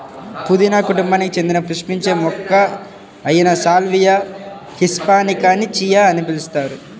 పుదీనా కుటుంబానికి చెందిన పుష్పించే మొక్క అయిన సాల్వియా హిస్పానికాని చియా అని పిలుస్తారు